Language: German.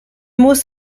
muss